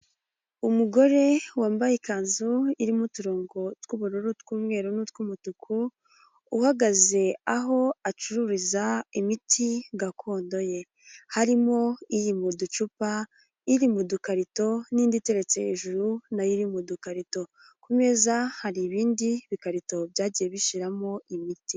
Umugore wambaye ikanzu irimo uturongo tw'ubururu, utw'umweru n'utw'umutuku uhagaze aho acururiza imiti gakondo ye, harimo: iyi mu ducupa, iri mu dukarito n'indi iteretse hejuru na yo iri mu dukarito, ku meza hari ibindi bikarito byagiye bishiramo imiti.